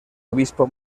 obispo